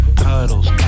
puddles